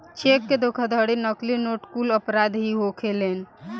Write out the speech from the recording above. check के धोखाधड़ी, नकली नोट कुल अपराध ही होखेलेन